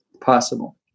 possible